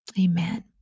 amen